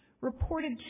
reported